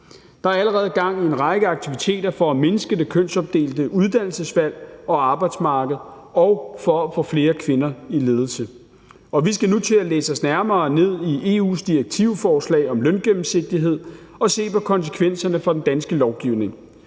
Der er allerede gang i en række aktiviteter for at mindske det kønsopdelte uddannelsesvalg og arbejdsmarked og for at få flere kvinder i ledelse. Og vi skal nu til at læse os nærmere ned i EU's direktivforslag om løngennemsigtighed og se på konsekvenserne for den danske lovgivning.